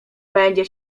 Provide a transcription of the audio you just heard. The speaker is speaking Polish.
będzie